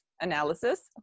analysis